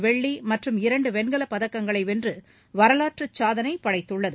வெள்ளி மற்றும் இரண்டு வெண்கல பதக்கங்களை வென்று வரலாற்றுச் சாதளை படைத்துள்ளது